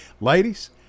Ladies